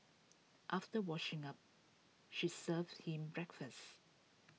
after washing up she serves him breakfast